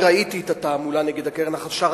אני ראיתי את התעמולה נגד הקרן החדשה,